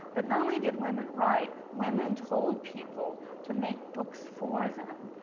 but not only did women write, women told people to make books for them.